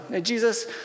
Jesus